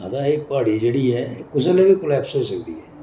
आखदा एह् प्हाड़ी जेह्ड़ी ऐ कुसै लै बी कोलैप्स होई सकदी ऐ